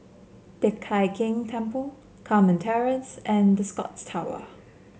Teck Hai Keng Temple Carmen Terrace and The Scotts Tower